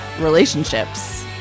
relationships